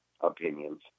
opinions